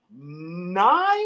Nine